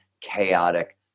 chaotic